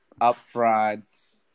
upfront